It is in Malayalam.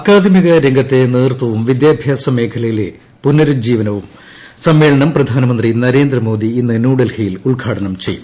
അക്കാദമിക രംഗത്തെ നേതൃത്വും വിദ്യാഭ്യാസ മേഖലയിലെ പുനരുജ്ജീവനവും സമ്മേളനം പ്രധാനമന്ത്രി നരേന്ദ്രമോദി ഇന്ന് ന്യൂഡൽഹിയിൽ ഉദ്ഘാടനം ചെയ്യും